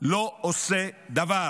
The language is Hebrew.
לא עושה דבר.